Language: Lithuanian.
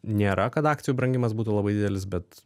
nėra kad akcijų brangimas būtų labai didelis bet